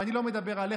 ואני לא מדבר עליך,